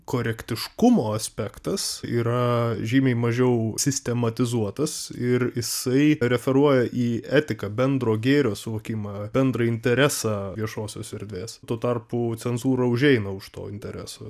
korektiškumo aspektas yra žymiai mažiau sistematizuotas ir jisai referuoja į etiką bendro gėrio suvokimą bendrą interesą viešosios erdvės tuo tarpu cenzūra užeina už to intereso